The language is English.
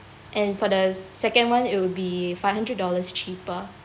and for the second one it'll be five hundred dollars cheaper